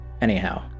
Anyhow